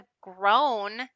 grown